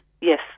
Yes